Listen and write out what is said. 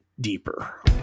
deeper